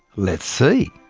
let's see.